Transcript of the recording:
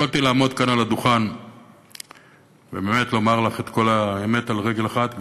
יכולתי לעמוד פה על הדוכן ובאמת לומר לך את כל האמת על רגל אחת,